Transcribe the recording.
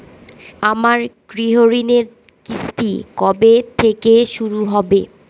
আমার গৃহঋণের কিস্তি কবে থেকে শুরু হবে?